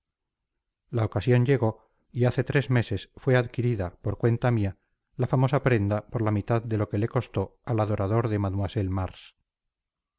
la ocasión llegó y hace tres meses fue adquirida por cuenta mía la famosa prenda por la mitad de lo que le costó al adorador de mademoiselle mars